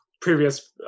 previous